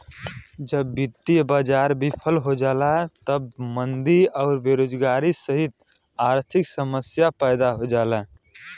जब वित्तीय बाजार विफल हो जाला तब मंदी आउर बेरोजगारी सहित आर्थिक समस्या पैदा हो जाला